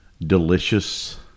delicious